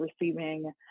receiving